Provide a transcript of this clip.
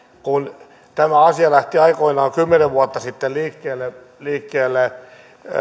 kun tämä asia lähti aikoinaan kymmenen vuotta sitten liikkeelle